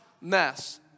mess